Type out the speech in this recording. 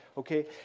Okay